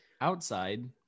outside